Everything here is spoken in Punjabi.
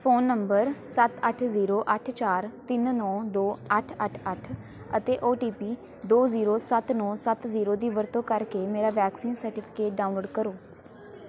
ਫ਼ੋਨ ਨੰਬਰ ਸੱਤ ਅੱਠ ਜ਼ੀਰੋ ਅੱਠ ਚਾਰ ਤਿੰਨ ਨੌਂ ਦੋ ਅੱਠ ਅੱਠ ਅੱਠ ਅਤੇ ਓ ਟੀ ਪੀ ਦੋ ਜ਼ੀਰੋ ਸੱਤ ਨੌਂ ਸੱਤ ਜ਼ੀਰੋ ਦੀ ਵਰਤੋਂ ਕਰਕੇ ਮੇਰਾ ਵੈਕਸੀਨ ਸਰਟੀਫਿਕੇਟ ਡਾਊਨਲੋਡ ਕਰੋ